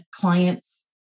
clients